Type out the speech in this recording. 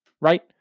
right